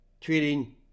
treating